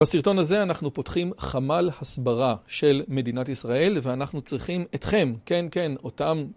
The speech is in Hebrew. בסרטון הזה אנחנו פותחים חמל הסברה של מדינת ישראל, ואנחנו צריכים אתכם, כן כן, אותם